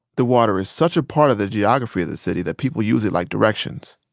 the water is such a part of the geography of the city that people use it like directions.